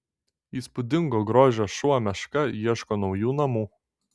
įspūdingo grožio šuo meška ieško naujų namų